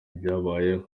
ibyababayeho